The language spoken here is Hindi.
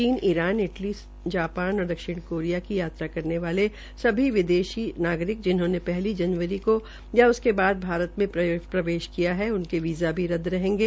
चीन ईरान इटली जापान और दक्षिण कोरिया की यात्रा करने वाले सभी विदेशी नागरिकों जिन्होंने पहली फरवरी को या उसके शाद भारत में प्रवेश नहीं किया है उनके वीज़ा भी रद्द रहेंगे